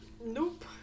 Nope